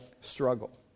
struggle